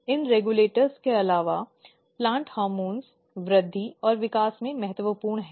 इन regulator के अलावा plant hormone वृद्धि और विकास में महत्वपूर्ण हैं